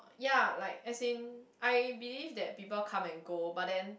ya like as in I believe that people come and go but then